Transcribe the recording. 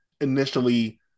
initially